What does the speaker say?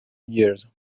years